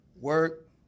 work